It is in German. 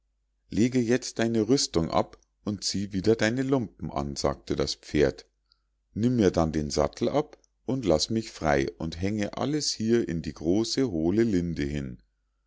lege jetzt deine rüstung ab und zieh wieder deine lumpen an sagte das pferd nimm mir dann den sattel ab und laß mich frei und hänge alles hier in die große hohle linde hin